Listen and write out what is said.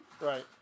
Right